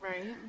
Right